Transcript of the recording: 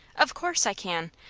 of course i can.